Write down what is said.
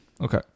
Okay